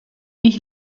ich